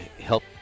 help